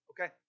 Okay